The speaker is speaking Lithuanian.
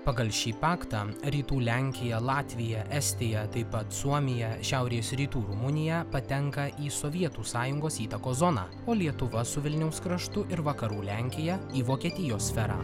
pagal šį paktą rytų lenkija latvija estija taip pat suomija šiaurės rytų rumunija patenka į sovietų sąjungos įtakos zoną o lietuva su vilniaus kraštu ir vakarų lenkija į vokietijos sferą